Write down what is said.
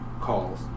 calls